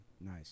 nice